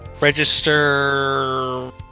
register